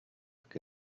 que